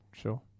Sure